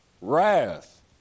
wrath